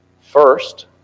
First